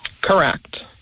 Correct